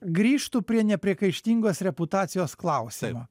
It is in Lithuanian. grįžtu prie nepriekaištingos reputacijos klausimo